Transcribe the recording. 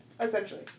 essentially